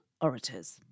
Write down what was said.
orators